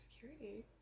security